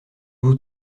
vous